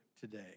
today